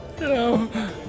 No